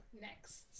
next